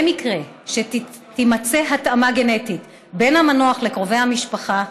במקרה שתימצא התאמה גנטית בין המנוח לקרובי המשפחה,